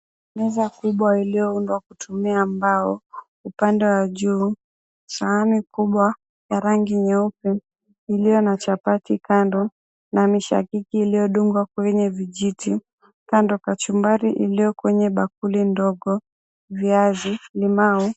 Meza kubwa iliyoundwa kutumia mbao. Upande wa juu, sahani kubwa ya rangi nyeupe iliyo na chapati kando na mishakiki iliyodungwa kwenye vijiti. Kando kachumbari iliyo kwenye bakuli kidogo, viazi, limau.